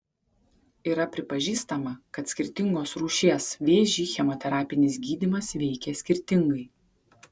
yra pripažįstama kad skirtingos rūšies vėžį chemoterapinis gydymas veikia skirtingai